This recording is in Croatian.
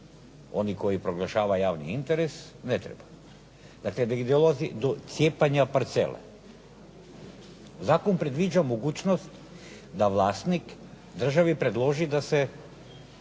oni koji proglašava javni interes ne treba. Dakle gdje dolazi do cijepanja parcele. Zakon predviđa mogućnost da vlasnik državi predloži da se